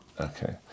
Okay